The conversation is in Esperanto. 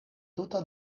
tuta